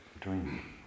dream